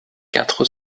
quatre